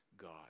God